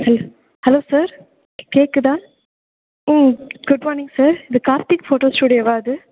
hello hello sir கேட்குதா ம் good morning sir இது கார்த்திக் ஃபோட்டோ ஸ்டூடியோவா இது